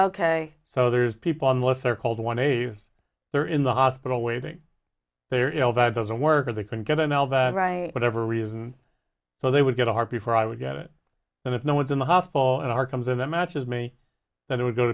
ok so there's people unless they're called one days they're in the hospital waiting there you know that doesn't work or they can get an elven right whatever reason so they would get a heart before i would get it and if no one's in the hospital and are comes in that matches me that it would go to